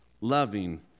loving